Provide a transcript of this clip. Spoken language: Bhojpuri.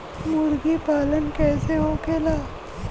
मुर्गी पालन कैसे होखेला?